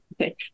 okay